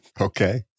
Okay